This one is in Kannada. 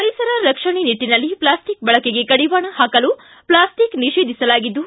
ಪರಿಸರ ರಕ್ಷಣೆ ನಿಟ್ಟನಲ್ಲಿ ಪ್ಲಾಸ್ಟಿಕ್ ಬಳಕೆಗೆ ಕಡಿವಾಣ ಹಾಕಲು ಪ್ಲಾಸ್ಟಿಕ್ ನಿಷೇಧಿಸಲಾಗಿದ್ದು